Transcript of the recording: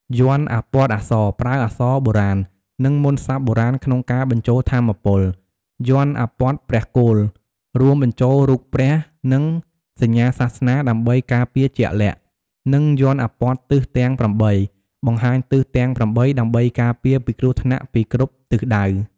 យ័ន្តអាព័ទ្ធអក្សរ ប្រើអក្សរបុរាណ និងមន្តសព្ទបុរាណក្នុងការបញ្ចូលថាមពល យ័ន្តអាព័ទ្ធព្រះគោល រួមបញ្ចូលរូបព្រះ និងសញ្ញាសាសនាដើម្បីការពារជាក់លាក់ និងយ័ន្តអាព័ទ្ធទិសទាំង ៨ បង្ហាញទិសទាំង ៨ ដើម្បីការពារ ពីគ្រោះថ្នាក់ពីគ្រប់ទិសដៅ។